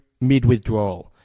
mid-withdrawal